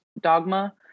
dogma